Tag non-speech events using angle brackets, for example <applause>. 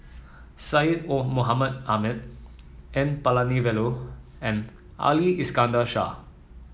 Syed <unintelligible> Mohamed Ahmed N Palanivelu and Ali Iskandar Shah